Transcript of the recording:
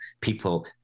people